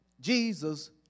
Jesus